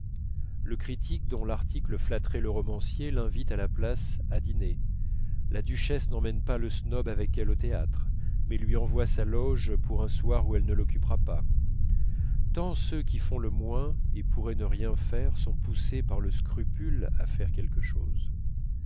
le critique dont l'article flatterait le romancier l'invite à la place à dîner la duchesse n'emmène pas le snob avec elle au théâtre mais lui envoie sa loge pour un soir où elle ne l'occupera pas tant ceux qui font le moins et pourraient ne rien faire sont poussés par le scrupule à faire quelque chose